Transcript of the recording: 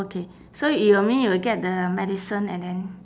okay so you mean you'll get the medicine and then